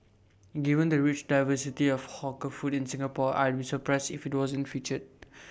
given the rich diversity of hawker food in Singapore I'd be surprised if IT wasn't featured